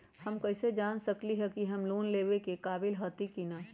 हम कईसे जान सकली ह कि हम लोन लेवे के काबिल हती कि न?